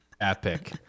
Epic